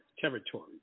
territory